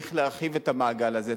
צריך להרחיב את המעגל הזה,